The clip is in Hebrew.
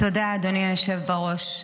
תודה, אדוני היושב בראש.